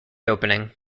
opening